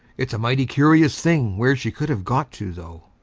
it's a mighty curious thing where she could have got to, though.